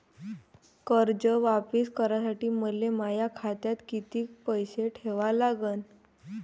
कर्ज वापिस करासाठी मले माया खात्यात कितीक पैसे ठेवा लागन?